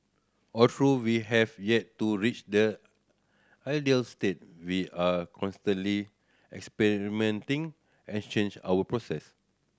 although we have yet to reach the ideal state we are constantly experimenting our process